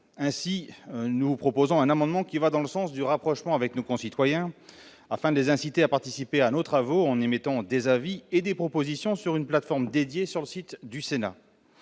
ainsi, nous proposons un amendement qui va dans le sens du rapprochement avec nos concitoyens, afin de les inciter à participer à nos travaux en émettant des avis et des propositions sur une plateforme dédiée sur le site du Sénat,